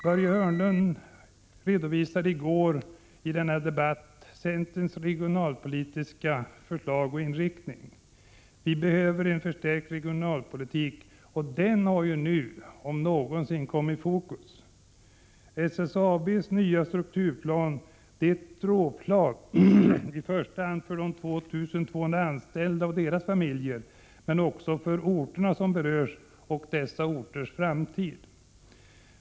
Börje Hörnlund redovisade i går i denna debatt centerns regionalpolitiska förslag och inriktning. Jag skall inte återupprepa detta. Vi behöver en förstärkt regionalpolitik, och det behovet har nu — om någonsin — kommit i fokus. SSAB:s nya strukturplan är ett dråpslag i första hand för de 2 200 anställda och deras familjer men också för de berörda orterna och deras framtid.